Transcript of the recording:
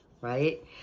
right